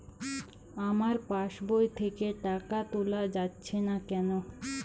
আমার পাসবই থেকে টাকা তোলা যাচ্ছে না কেনো?